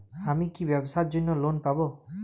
আমি কি ব্যবসার জন্য লোন পাব?